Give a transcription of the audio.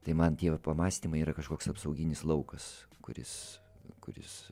tai man tie pamąstymai yra kažkoks apsauginis laukas kuris kuris